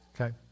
Okay